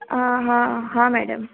हा हा हा मेडम